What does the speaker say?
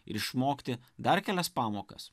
ir išmokti dar kelias pamokas